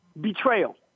Betrayal